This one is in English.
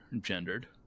gendered